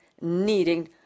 needing